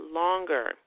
longer